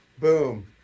Boom